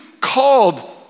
called